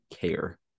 care